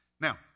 Now